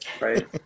right